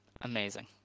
amazing